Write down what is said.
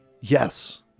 Yes